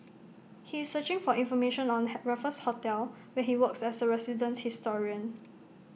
he is searching for information on Raffles hotel where he works as A resident historian